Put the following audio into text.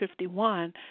51